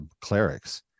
clerics